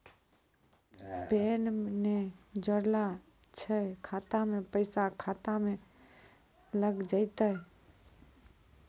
Pan ने जोड़लऽ छै खाता मे पैसा खाता मे लग जयतै?